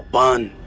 on